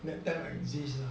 that time exist